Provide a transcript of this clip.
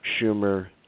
Schumer